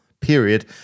period